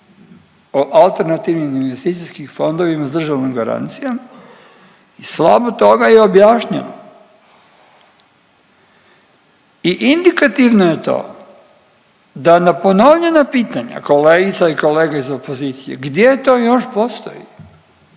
o alternativnim investicijskim fondovima s državnom garancijskom i slabo toga je objašnjeno i indikativno je to da na ponovljena pitanja kolegica i kolega iz opozicije gdje to još postoji,